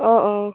অঁ অঁ